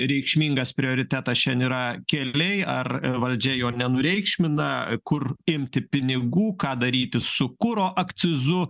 reikšmingas prioritetas šian yra keliai ar valdžia jo nenureikšmina kur imti pinigų ką daryti su kuro akcizu